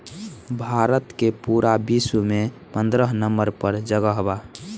भारत के पूरा विश्व में पन्द्रह नंबर पर जगह बा